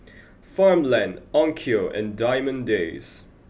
Farmland Onkyo and Diamond Days